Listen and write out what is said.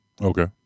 Okay